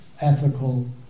ethical